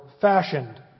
fashioned